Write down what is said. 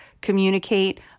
communicate